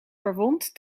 verwond